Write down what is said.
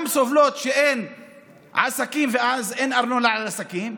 גם סובלות מכך שאין עסקים ואז אין ארנונה מעסקים,